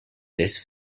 this